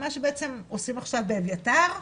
מה שבעצם עושים עכשיו באביתר,